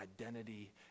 identity